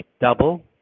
Double